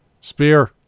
Spear